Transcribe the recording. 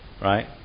right